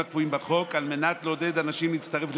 ועומדת כאן ואומרת לנו: